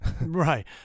Right